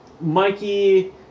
Mikey